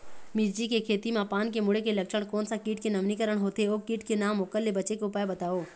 मिर्ची के खेती मा पान के मुड़े के लक्षण कोन सा कीट के नवीनीकरण होथे ओ कीट के नाम ओकर ले बचे के उपाय बताओ?